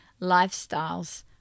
lifestyles